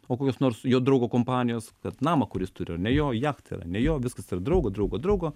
o kokios nors jo draugo kompanijos kad namą kur jis turi yra ne jo jachta yra ne jo viskas yra draugo draugo draugo